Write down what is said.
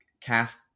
cast